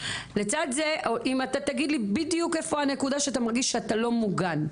ולצד זה תגיד לי בדיוק איפה הנקודה שאתה מרגיש שאתה לא מוגן?